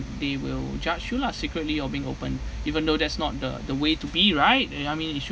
they will judge you lah secretly or being open even though that's not the the way to be right eh I mean it should